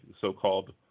so-called